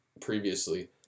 previously